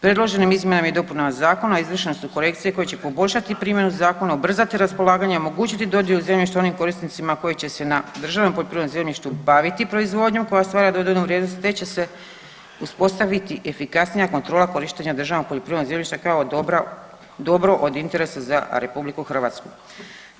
Predloženim izmjenama i dopunama Zakona izvršene su korekcije koje će poboljšati primjenu zakona, ubrzati raspolaganje, omogućiti dodjelu zemljišta onim korisnicima koji će se na državnom poljoprivrednom zemljištu baviti proizvodnjom koja stvara dodanu vrijednost te će se uspostaviti efikasnija kontrola korištenja državnog poljoprivrednog zemljišta kao dobro od interesa za Republiku Hrvatsku.